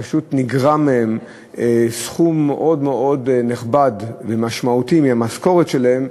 פשוט נגרע סכום מאוד נכבד ומשמעותי מהמשכורת שלהם,